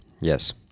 Yes